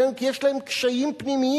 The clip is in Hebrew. כי יש להם קשיים פנימיים.